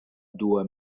dua